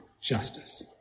justice